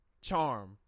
charm